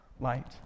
light